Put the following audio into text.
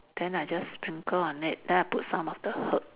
then I just sprinkle on it then I put some of the herbs